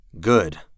Good